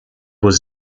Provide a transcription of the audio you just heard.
was